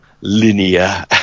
linear